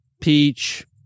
peach